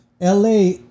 la